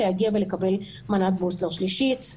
להגיע ולקבל מנת בוסטר שלישית.